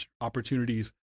opportunities